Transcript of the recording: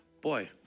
Boy